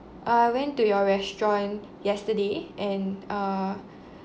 uh I went to your restaurant yesterday and err